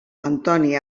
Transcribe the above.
antoni